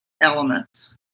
elements